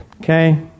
Okay